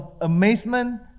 amazement